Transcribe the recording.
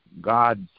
God's